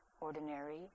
ordinary